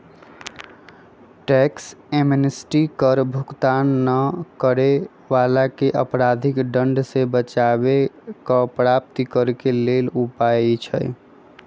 tax amnesty कर भुगतान न करे वलाके अपराधिक दंड से बचाबे कर प्राप्त करेके लेल उपाय हइ